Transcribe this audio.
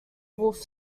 wolf